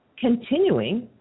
continuing